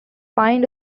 find